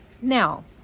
Now